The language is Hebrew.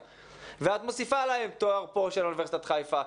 ונוסיף להם תואר של אוניברסיטת חיפה,